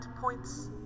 points